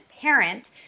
parent